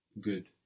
Good